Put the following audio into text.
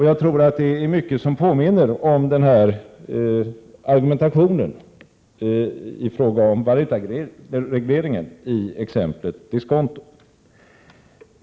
Jag tror att det är mycket som påminner om argumentationen i fråga om valutaregleringen i exemplet diskontot.